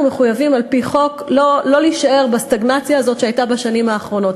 מחויבים על-פי חוק לא להישאר בסטגנציה הזאת שהייתה בשנים האחרונות.